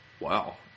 Wow